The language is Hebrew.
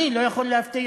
אני לא יכול להבטיח.